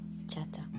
Chata